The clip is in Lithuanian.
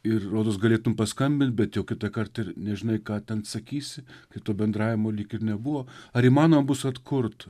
ir rodos galėtum paskambint bet jau kitąkart ir nežinai ką ten sakysi kai to bendravimo lyg ir nebuvo ar įmanoma bus atkurt